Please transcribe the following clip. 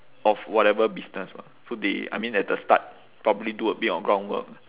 of whatever business [what] so they I mean at the start probably do a bit of ground work